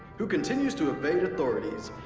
who continues to evade authorities.